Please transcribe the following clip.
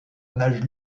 nage